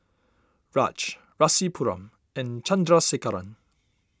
Raj Rasipuram and Chandrasekaran